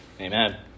Amen